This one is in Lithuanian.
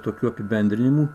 tokių apibendrinimų